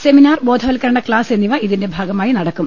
semi നാർ ബോധവൽക്കരണ class എന്നിവ ഇതിന്റെ ഭാഗ മായി നടക്കും